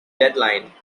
deadline